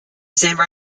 sandbar